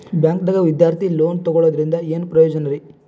ಬ್ಯಾಂಕ್ದಾಗ ವಿದ್ಯಾರ್ಥಿ ಲೋನ್ ತೊಗೊಳದ್ರಿಂದ ಏನ್ ಪ್ರಯೋಜನ ರಿ?